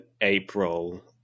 April